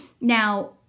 Now